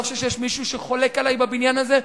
אני לא חושב שיש מישהו שחולק עלי בבניין הזה,